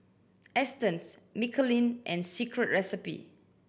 Astons Michelin and Secret Recipe